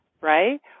right